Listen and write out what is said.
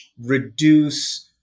reduce